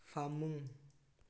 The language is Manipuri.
ꯐꯃꯨꯡ